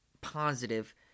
positive